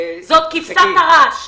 זאת כבשת הרש,